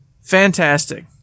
Fantastic